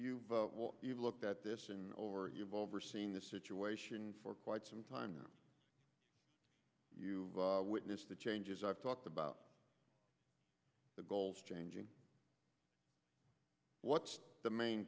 anticipate you've looked at this and or you've overseen this situation for quite some time now you witnessed the changes i've talked about the goals changing what's the main